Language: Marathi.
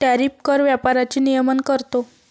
टॅरिफ कर व्यापाराचे नियमन करतो